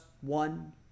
one